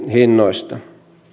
hinnoista